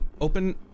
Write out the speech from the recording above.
Open